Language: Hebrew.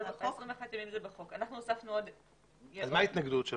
על מה ההתנגדות שלהם?